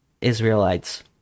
Israelites